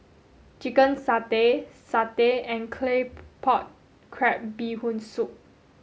chicken satay satay and claypot crab bee hoon soup